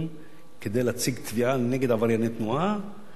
כדי להציג תביעה נגד עברייני תנועה.